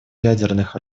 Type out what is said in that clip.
ядерных